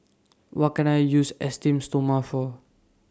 What Can I use Esteem Stoma For